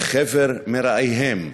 וחבר מרעיהם,